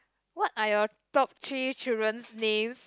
what are your top three children's names